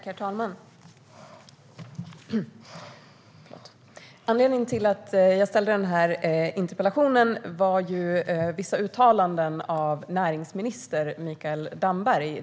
Herr talman! Anledningen till att jag ställde interpellationen var vissa uttalanden av näringsminister Mikael Damberg.